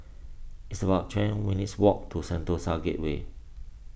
it's about ten minutes' walk to Sentosa Gateway